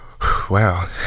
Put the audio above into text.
Wow